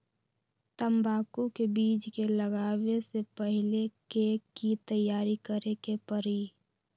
तंबाकू के बीज के लगाबे से पहिले के की तैयारी करे के परी?